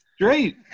Great